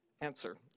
Answer